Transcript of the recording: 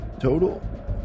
total